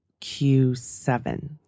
Q7